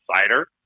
cider